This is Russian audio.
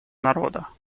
народа